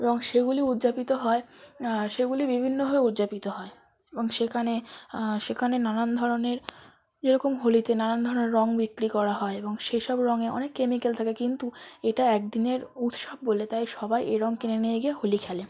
এবং সেগুলি উদযাপিত হয় সেগুলি বিভিন্নভাবে উদযাপিত হয় এবং সেখানে সেখানে নানান ধরনের যে রকম হোলিতে নানান ধরনের রঙ বিক্রি করা হয় এবং সেসব রঙে অনেক কেমিকেল থাকে কিন্তু এটা এক দিনের উৎসব বোলে তাই সবাই এ রঙ কিনে নিয়ে গিয়ে হোলি খেলে